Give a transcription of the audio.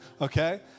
okay